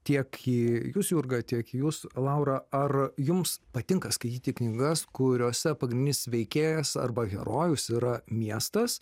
tiek į jus jurga tiek jūs laura ar jums patinka skaityti knygas kuriose pagrindinis veikėjas arba herojus yra miestas